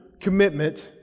commitment